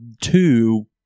two